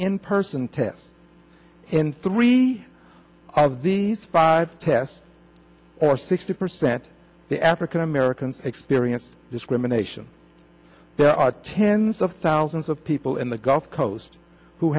in person tests in three of these five tests or sixty percent the african american experience discrimination there are tens of thousands of people in the gulf coast who